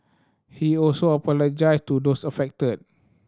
he also apologised to those affected